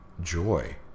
joy